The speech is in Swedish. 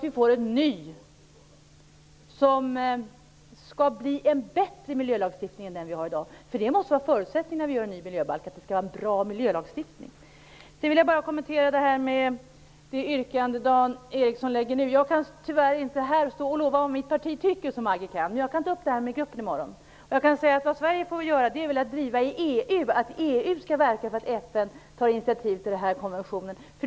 Vi får i stället en ny miljölagstiftning som är bättre än den vi har i dag. Förutsättningen när vi utformar en ny miljöbalk måste ju vara att det skall vara en bra miljölagstiftning. Så vill jag kommentera det yrkande som Dan Ericsson gjort. Jag kan tyvärr inte som Maggi Mikaelsson stå här och lova vad mitt parti tycker. Men jag kan att ta upp detta med gruppen i morgon. Vad Sverige får göra är väl att i EU driva att EU skall verka för att FN tar initiativ till denna konvention.